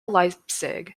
leipzig